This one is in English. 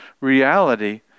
reality